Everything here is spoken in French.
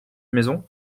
maison